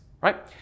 Right